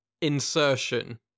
insertion